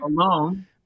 alone